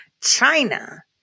China